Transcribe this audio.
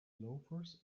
loafers